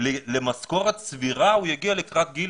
כך שלמשכורת סבירה הוא יגיע בגיל